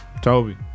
toby